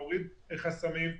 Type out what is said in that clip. להוריד חסמים,